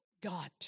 God